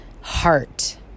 heart